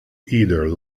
either